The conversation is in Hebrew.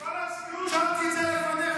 עם כל הצניעות, שאלתי את זה לפניך.